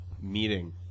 meeting